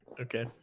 Okay